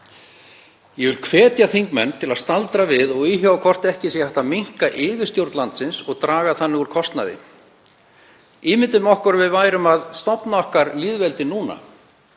Ég vil hvetja þingmenn til að staldra við og íhuga hvort ekki sé hægt að minnka yfirstjórn landsins og draga þannig úr kostnaði. Ímyndum okkur að við værum að stofna okkar lýðveldi núna.